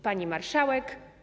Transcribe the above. Pani Marszałek!